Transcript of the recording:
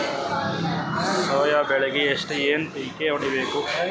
Soya ಬೆಳಿಗಿ ಎಷ್ಟು NPK ಹೊಡಿಬೇಕು?